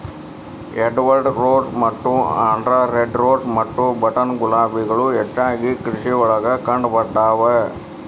Edward rose ಮತ್ತ Andhra red rose ಮತ್ತ button ಗುಲಾಬಿಗಳು ಹೆಚ್ಚಾಗಿ ಕೃಷಿಯೊಳಗ ಕಂಡಬರ್ತಾವ